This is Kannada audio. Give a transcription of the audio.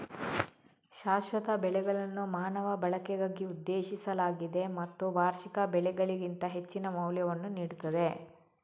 ಶಾಶ್ವತ ಬೆಳೆಗಳನ್ನು ಮಾನವ ಬಳಕೆಗಾಗಿ ಉದ್ದೇಶಿಸಲಾಗಿದೆ ಮತ್ತು ವಾರ್ಷಿಕ ಬೆಳೆಗಳಿಗಿಂತ ಹೆಚ್ಚಿನ ಮೌಲ್ಯವನ್ನು ನೀಡುತ್ತದೆ